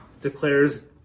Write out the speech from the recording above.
declares